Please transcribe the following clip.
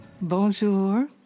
bonjour